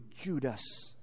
Judas